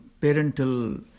parental